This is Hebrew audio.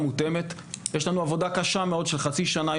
המותאמת יש לנו עבודה קשה מאוד של חצי שנה,